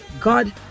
God